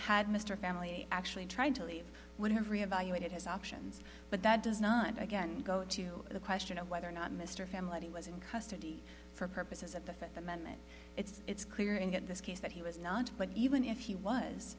had mr family actually tried to leave would have reevaluated his options but that does not again go to the question of whether or not mr family was in custody for purposes of the fifth amendment it's clear in get this case that he was not but even if he was